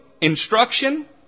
instruction